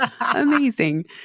Amazing